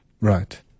Right